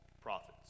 prophets